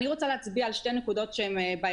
אני רוצה להצביע על שתי נקודות בעייתיות,